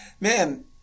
Man